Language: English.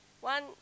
One